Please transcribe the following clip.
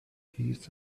his